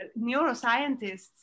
Neuroscientists